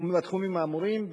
בתחומים האמורים,